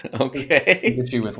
Okay